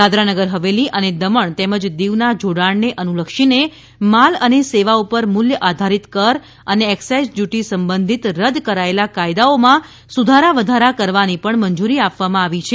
દાદરાનગર હવેલી અને દમણ તેમજ દીવના જોડાણને અનુલક્ષીને માલ અને સેવા પર મૂલ્ય આધારિત કર અને એકસાઇઝ ડયુટી સંબંધિત રદ કરાયેલા કાયદાઓમાં સુધારા વધારા કરવાની પણ મંજૂરી આપવામાં આવી છે